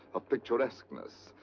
of picturesqueness,